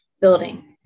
building